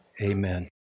amen